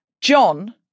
John